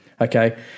okay